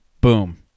Boom